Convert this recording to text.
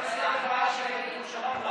תתייחס, זו